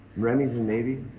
remington, maybe.